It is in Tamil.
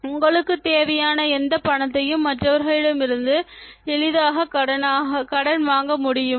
உங்களுக்குத் தேவையான எந்தப் பணத்தையும் மற்றவர்களிடமிருந்து எளிதாக கடன் வாங்க முடியுமா